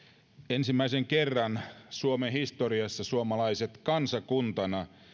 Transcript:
ensimmäisen kerran suomen historiassa suomalaiset kansakuntana